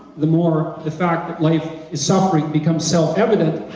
the more the fact that life is suffering becomes self-evident,